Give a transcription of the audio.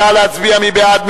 מי בעד?